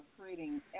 creating